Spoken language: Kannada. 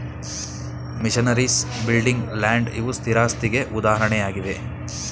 ಮಿಷನರೀಸ್, ಬಿಲ್ಡಿಂಗ್, ಲ್ಯಾಂಡ್ ಇವು ಸ್ಥಿರಾಸ್ತಿಗೆ ಉದಾಹರಣೆಯಾಗಿವೆ